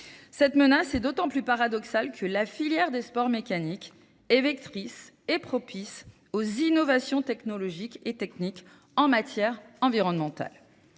Cette menace est d'autant plus paradoxale que la filière des sports mécaniques est vectrice et propice aux innovations technologiques et techniques en matière environnementale.